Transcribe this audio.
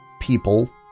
People